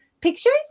Pictures